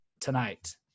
tonight